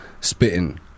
spitting